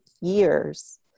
years